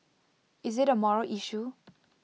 is IT A moral issue